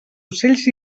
ocells